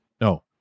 no